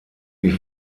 wie